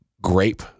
grape